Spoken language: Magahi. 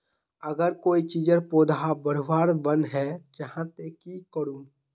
अगर कोई चीजेर पौधा बढ़वार बन है जहा ते की करूम?